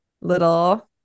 little